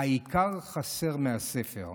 העיקר חסר מהספר.